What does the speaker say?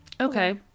Okay